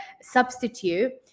substitute